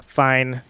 fine